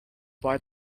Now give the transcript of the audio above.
boy